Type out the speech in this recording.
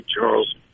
Charles